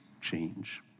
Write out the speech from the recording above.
change